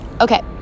okay